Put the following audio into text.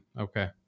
Okay